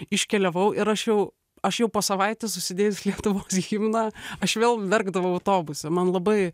iškeliavau ir aš jau aš jau po savaitės užsidėjus lietuvos himną aš vėl verkdavau autobuse man labai